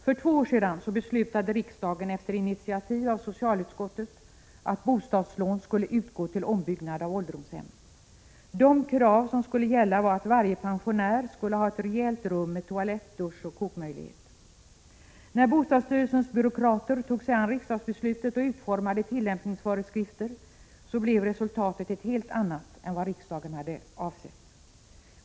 För två år sedan beslutade riksdagen på initiativ av socialutskottet att bostadslån skulle utgå till ombyggnad av ålderdomshem. De krav som skulle gälla var att varje pensionär skulle ha ett rejält rum med toalett, dusch och kokmöjligheter. När bostadsstyrelsens byråkrater tog sig an riksdagsbeslutet och utformade tillämpningsföreskrifter blev resultatet ett helt annat än vad riksdagen hade avsett.